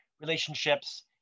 relationships